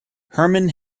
hermann